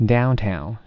Downtown